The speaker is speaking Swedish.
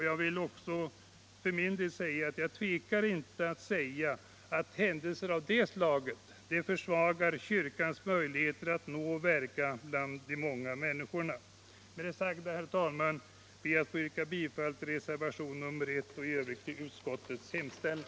Jag tvekar inte heller att säga att händelser av det slaget försvagar kyrkans möjligheter att nå och verka bland de många människorna. Med det sagda, herr talman, ber att jag att få yrka bifall till reservationen I och i övrigt till utskottets hemställan.